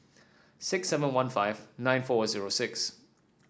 six seven one five nine four zero six